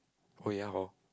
oh ya or